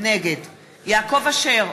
נגד יעקב אשר,